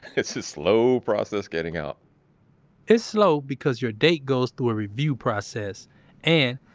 it's a slow process getting out it's slow because your date goes through a review process and,